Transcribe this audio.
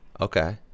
Okay